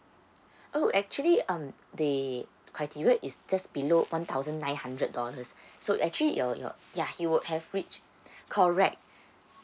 oh actually um the criteria is just below one thousand nine hundred dollars so actually your your yeah he would have reached correct